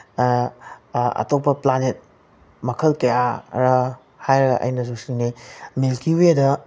ꯑꯇꯣꯞꯄ ꯄ꯭ꯂꯥꯅꯦꯠ ꯃꯈꯜ ꯀꯌꯥꯔ ꯍꯥꯏꯔ ꯑꯩꯅꯁꯨ ꯆꯤꯡꯅꯩ ꯃꯤꯜꯀꯤ ꯋꯦꯗ